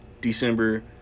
December